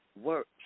work